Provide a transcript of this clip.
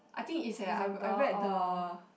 I think is eh I I read the